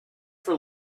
for